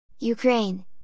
Ukraine